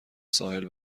ساحل